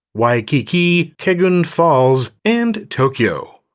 waikiki, kegon falls, and tokyo.